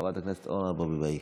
חברת הכנסת אורנה ברביבאי.